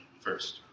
first